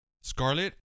Scarlet